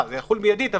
זה יחול מידית,